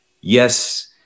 yes